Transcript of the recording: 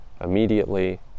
immediately